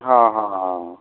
ਹਾਂ ਹਾਂ ਹਾਂ